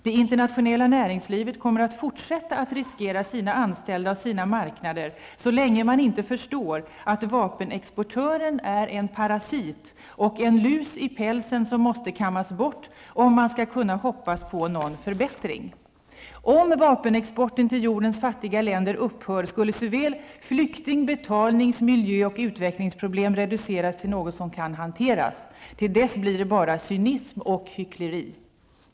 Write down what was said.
Det internationella näringslivet kommer att fortsätta att riskera sina anställda och sina marknader så länge man inte förstår att vapenexportören är en parasit och en lus i pälsen, som måste kammas bort om man skall kunna hoppas på någon förbättring.'' Peter Nobel skriver vidare: ''Om vapenexporten till jordens fattiga länder upphör skulle såväl flykting-, betalnings-, miljö och utvecklingsproblem reduceras till något som kan hanteras. Till dess blir det bara cynism och hyckleri!''